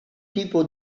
tipo